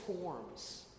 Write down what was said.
forms